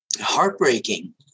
heartbreaking